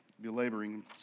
belaboring